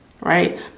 Right